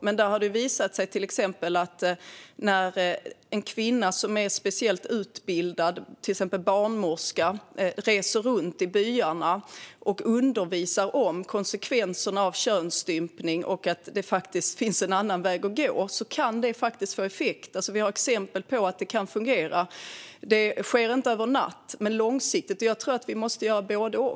Det har dock visat sig att det faktiskt kan få effekt om en kvinna som är speciellt utbildad, till exempel en barnmorska, reser runt i byarna och undervisar om konsekvenserna av könsstympning och att det finns en annan väg att gå. Vi har exempel på att det kan fungera. Det sker inte över en natt, utan det sker långsiktigt. Jag tror att vi måste göra både och.